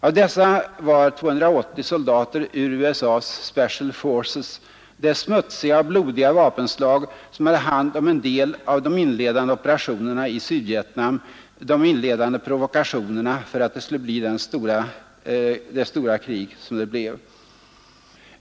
Av dessa var 280 soldater ur USA:s Special Forces, det smutsiga och blodiga vapenslag som hade hand om en del av de inledande operationerna i Sydvietnam — de inledande provokationerna — för att det skulle bli det stora krig som det blev.